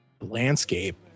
landscape